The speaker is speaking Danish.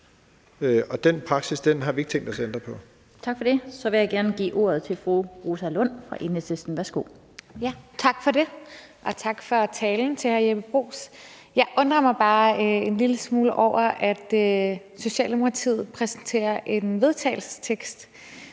Den fg. formand (Annette Lind): Tak for det. Så vil jeg gerne give ordet til fru Rosa Lund fra Enhedslisten. Værsgo. Kl. 16:46 Rosa Lund (EL): Tak for det, og tak for talen til hr. Jeppe Bruus. Jeg undrer mig bare en lille smule over, at Socialdemokratiet præsenterer en vedtagelsestekst,